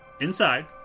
inside